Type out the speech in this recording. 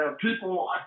People